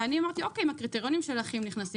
ואני אמרתי אוקי אם הקריטריונים שלכם נכנסים